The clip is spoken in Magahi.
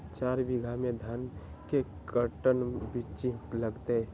चार बीघा में धन के कर्टन बिच्ची लगतै?